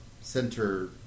center